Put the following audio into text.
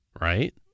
right